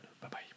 Bye-bye